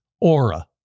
Aura